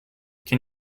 can